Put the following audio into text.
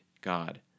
God